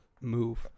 move